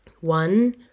One